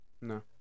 no